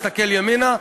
מסתכל ימינה,